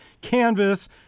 Canvas